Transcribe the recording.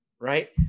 right